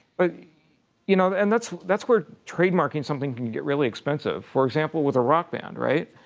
but you know, and that's that's where trademarking something can get really expensive. for example, with a rock band, right?